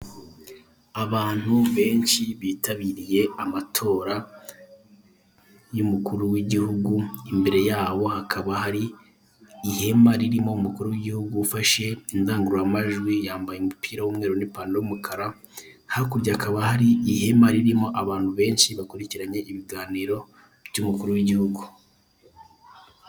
Abantu benshi bitabiriye amatora y'umukuru w'igihugu, imbere yabo hakaba hari ihema ririmo umukuru w'igihugu ufashe indangururamajwi, yambaye umupira w'umweru n'ipangaro y'umukara, hakurya hakaba hari ihema ririmo abantu benshi bakurikiranye ibiganiro by'umukuru w'igihugu.